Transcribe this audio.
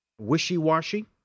wishy-washy